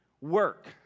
work